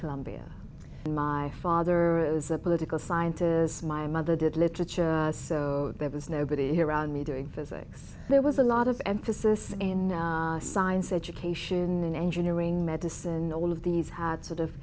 columbia and my father was a political scientist my mother did literature so there was nobody around me doing physics there was a lot of emphasis in science education engineering medicine all of these had sort of